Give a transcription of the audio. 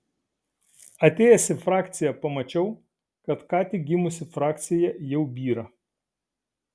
atėjęs į frakciją pamačiau kad ką tik gimusi frakcija jau byra